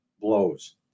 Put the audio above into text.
blows